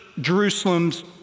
Jerusalem's